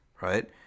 right